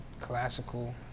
classical